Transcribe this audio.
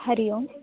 हरिः ओं